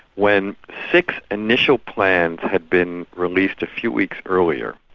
when six initial plans had been released a few weeks earlier,